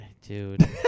Dude